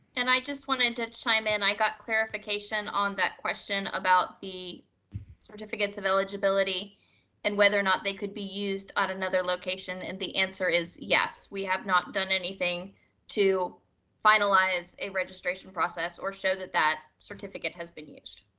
and i just wanted to chime in, i got clarification on that question about the certificates of eligibility and whether or not they could be used on another location. and the answer is yes, we have not done anything to finalize a registration process or show that that certificate has been used.